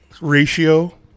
ratio